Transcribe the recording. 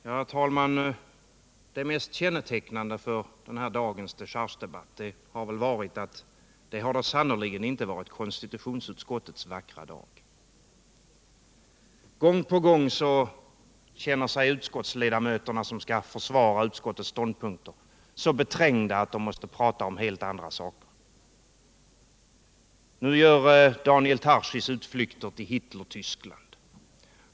Herr talman! Det mest kännetecknande för den här dagens dechargedebatt har varit att det sannerligen inte varit konstitutionsutskottets vackra dag. Gång på gång känner sig de utskottsledamöter som skall försvara utskottets ståndpunkter så beträngda att de måste prata om helt andra saker. Nu gör Daniel Tarschys utflykter till Hitlertyskland.